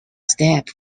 step